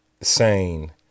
sane